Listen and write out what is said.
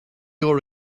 your